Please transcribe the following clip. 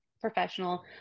professional